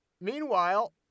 Meanwhile